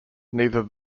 neither